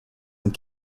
and